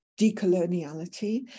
decoloniality